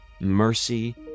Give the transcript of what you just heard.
mercy